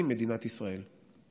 היא מדינת ישראל.